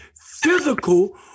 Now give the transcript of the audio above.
physical